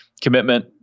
commitment